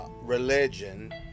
religion